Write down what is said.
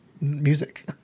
music